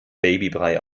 babybrei